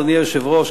אדוני היושב-ראש,